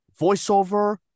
voiceover